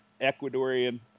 Ecuadorian